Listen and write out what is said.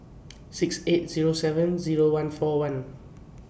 six eight Zero seven Zero one four one